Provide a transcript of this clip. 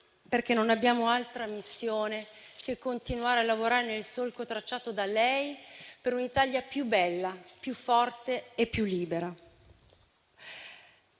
perché non abbiamo altra missione che continuare a lavorare nel solco tracciato da lei, per un'Italia più bella, più forte e più libera.